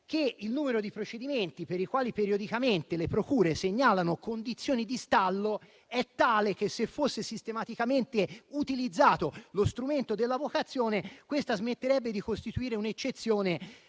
Il numero di procedimenti per i quali periodicamente le procure segnalano condizioni di stallo è tale che, se fosse sistematicamente utilizzato lo strumento dell'avocazione, questa smetterebbe di costituire un'eccezione